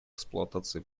эксплуатации